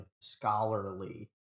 scholarly